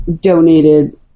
donated